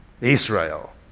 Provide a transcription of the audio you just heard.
Israel